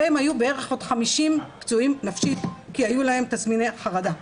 עליהם היו בערך עוד 50 פצועים נפשית כי היו להם תסמיני חרדה,